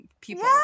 people